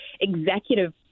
executive